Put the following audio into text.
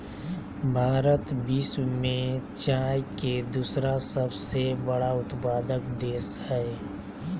भारत विश्व में चाय के दूसरा सबसे बड़ा उत्पादक देश हइ